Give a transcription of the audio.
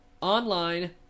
online